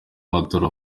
amatora